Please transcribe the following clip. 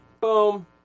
boom